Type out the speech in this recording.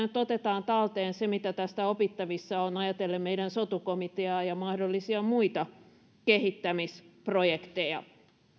nyt otetaan talteen se mitä tästä opittavissa on ajatellen meidän sotu komiteaa ja mahdollisia muita kehittämisprojekteja